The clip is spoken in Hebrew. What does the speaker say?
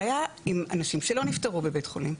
הבעיה עם אנשים שלא נפטרו בבית חולים.